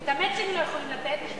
ואם הם לא יכולים לתת את ה"מצ'ינג",